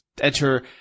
Enter